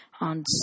on